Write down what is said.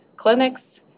clinics